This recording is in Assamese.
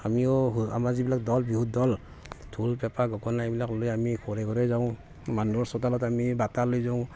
আমিও আমাৰ যিবিলাক দল বিহুৰ দল ঢোল পেঁপা গগনা এইবিলাক লৈ আমি ঘৰে ঘৰে যাওঁ মানুহৰ চোতালত আমি বটা লৈ যাওঁ